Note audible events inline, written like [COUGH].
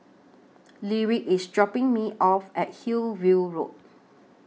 [NOISE] Lyric IS dropping Me off At Hillview Road